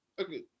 Okay